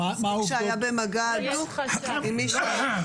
מספיק שהיה במגע הדוק עם מישהו חולה.